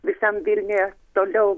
visam vilniuje toliau